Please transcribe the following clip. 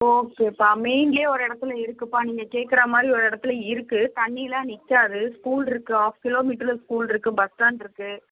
ஓகேப்பா மெயின்லயே ஒரு இடத்துல இருக்குதுப்பா நீங்கள் கேட்குறமாரி ஒரு இடத்துல இருக்குது தண்ணியெலாம் நிற்காது ஸ்கூல் இருக்குது ஹாஃப் கிலோமீட்டர்ல ஸ்கூல் இருக்குது பஸ் ஸ்டாண்ட் இருக்குது